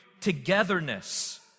togetherness